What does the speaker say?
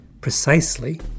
precisely